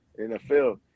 NFL